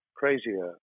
crazier